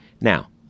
Now